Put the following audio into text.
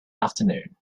afternoon